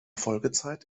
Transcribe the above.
folgezeit